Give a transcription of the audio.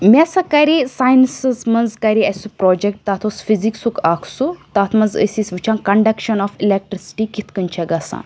مےٚ ہَسا کَرے ساینَسَس منٛز کَرے اسہِ سُہ پروجیٚکٹہٕ تَتھ اوس فِزِکسُک اَکھ سُہ تَتھ منٛز ٲسۍ أسۍ وُچھان کَنڈَکشَن آف اِلیٚکٹِرٛسِٹی کِتھ کٔنۍ چھِ گژھان